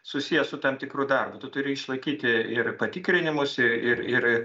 susiję su tam tikru darbu tu turi išlaikyti ir patikrinimus i ir ir